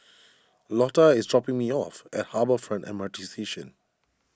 Lotta is dropping me off at Harbour Front M R T Station